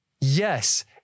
Yes